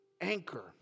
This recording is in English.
anchor